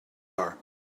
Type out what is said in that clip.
are